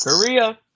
Korea